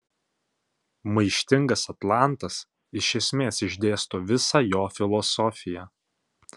maištingas atlantas iš esmės išdėsto visą jo filosofiją